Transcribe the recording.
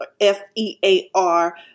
F-E-A-R